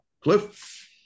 Cliff